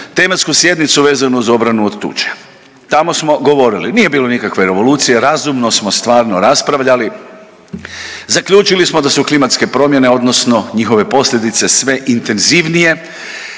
tematsku sjednicu vezano za obranu od tuče. Tamo smo govorili, nije bilo nikakve revolucije, razumno smo stvarno raspravljali, zaključili smo da su klimatske promjene odnosno njihove posljedice sve intenzivnije,